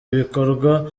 ibikorwa